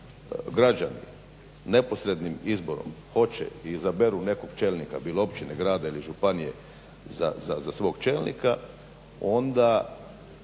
građani neposrednim izborom hoće i izaberu nekog čelnika bilo općine ili grada ili županije za svog čelnika onda